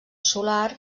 solar